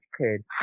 kid